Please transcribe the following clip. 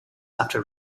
after